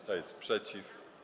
Kto jest przeciw?